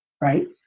right